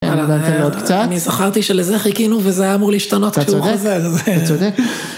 אני זכרתי שלזה חיכינו וזה היה אמור להשתנות כשהוא חוזר. אתה צודק, אתה צודק